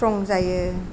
स्थ्रं जायो